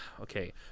Okay